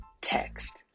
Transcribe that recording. text